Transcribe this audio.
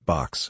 Box